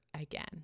again